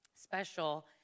special